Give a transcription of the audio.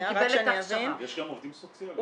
יש גם עובדים סוציאליים.